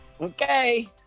Okay